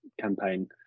campaign